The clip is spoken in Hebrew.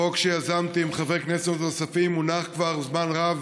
חוק שיזמתי עם חברי כנסת נוספים מונח כבר זמן רב